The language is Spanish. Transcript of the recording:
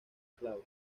clave